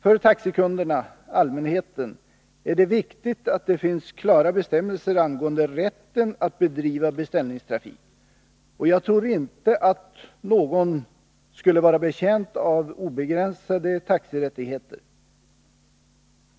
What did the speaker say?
För taxikunderna/allmänheten är det viktigt att det finns klara bestämmelser angående rätten att bedriva beställningstrafik. Jag tror inte att någon skulle vara betjänt av obegränsade taxirättigheter.